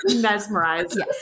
mesmerized